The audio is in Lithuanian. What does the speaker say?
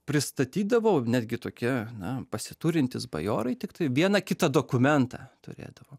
pristatydavo netgi tokie na pasiturintys bajorai tiktai vieną kitą dokumentą turėdavo